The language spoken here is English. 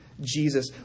Jesus